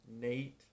Nate